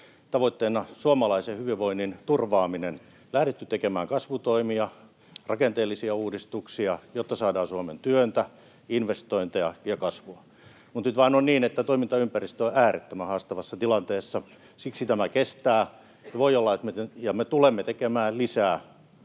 tavoitteenaan suomalaisen hyvinvoinnin turvaaminen, lähtenyt tekemään kasvutoimia ja rakenteellisia uudistuksia, jotta Suomeen saadaan työtä, investointeja ja kasvua, mutta nyt vain on niin, että toimintaympäristö on äärettömän haastavassa tilanteessa, ja siksi tämä kestää. Ja me tulemme tekemään lisää,